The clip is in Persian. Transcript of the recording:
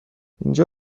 اینجا